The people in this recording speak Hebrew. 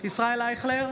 ישראל אייכלר,